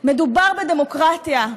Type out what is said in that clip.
מדובר בדמוקרטיה.